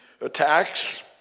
attacks